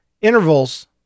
intervals